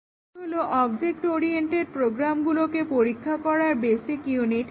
class হলো object oriented প্রোগ্রামগুলোকে পরীক্ষার বেসিক ইউনিট